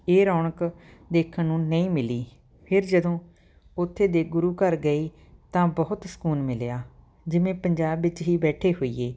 ਇਹ ਰੌਣਕ ਦੇਖਣ ਨੂੰ ਨਹੀਂ ਮਿਲੀ ਫਿਰ ਜਦੋਂ ਉੱਥੇ ਦੇ ਗੁਰੂ ਘਰ ਗਈ ਤਾਂ ਬਹੁਤ ਸਕੂਨ ਮਿਲਿਆ ਜਿਵੇਂ ਪੰਜਾਬ ਵਿੱਚ ਹੀ ਬੈਠੇ ਹੋਈਏ